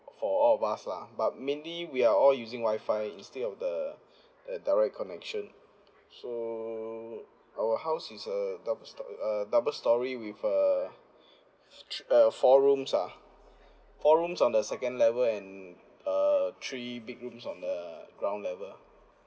for all of us lah but mainly we are all using wi-fi instead of the uh direct connection so our house is a double storey uh double storey with uh three uh four rooms ah four rooms on the second level and err three bedrooms on the ground level